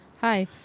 Hi